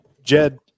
Jed